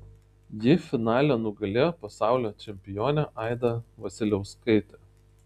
ji finale nugalėjo pasaulio čempionę aidą vasiliauskaitę